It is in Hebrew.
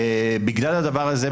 ובגלל הדבר הזה,